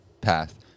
path